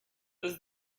does